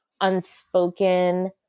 unspoken